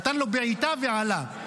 נתן לו בעיטה ועלה.